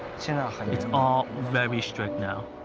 it's all very strict now,